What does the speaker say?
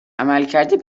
عملکرد